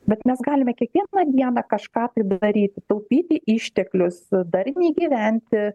bet mes galime kiekvieną dieną kažką tai daryti taupyti išteklius darniai gyventi